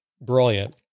brilliant